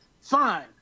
Fine